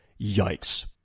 yikes